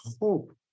hope